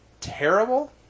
terrible